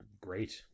great